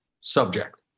subject